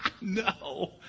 No